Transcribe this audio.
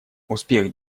успех